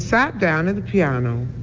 sat down at the piano.